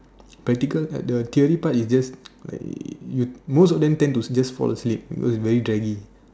practical had the theory part is just like you most of them tend to just fall asleep because it's very draggy